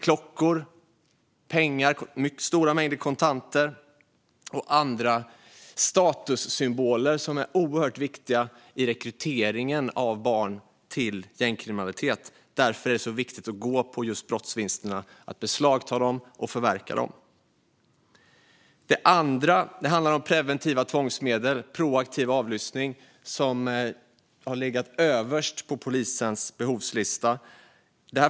Klockor, stora mängder kontanter och andra statussymboler är oerhört viktiga i rekryteringen av barn till gängkriminalitet. Därför är det så viktigt att gå på just brottsvinsterna, att beslagta dem och att förverka dem. Det andra handlar om preventiva tvångsmedel, proaktiv avlyssning. Det har legat överst på polisens behovslista.